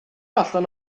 allan